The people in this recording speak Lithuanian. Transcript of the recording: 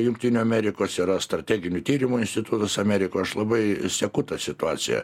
jungtinių amerikos yra strateginių tyrimų institutas amerikoj aš labai seku tą situaciją